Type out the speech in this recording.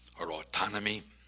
are autonomy